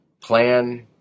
Plan